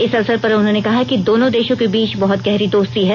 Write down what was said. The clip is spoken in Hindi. इस अवसर पर उन्होंने कहा कि दोनों देशों के बीच बहत गहरी दोस्ती है